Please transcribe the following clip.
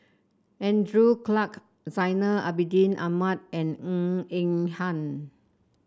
Andrew Clarke Zainal Abidin Ahmad and Ng Eng Hen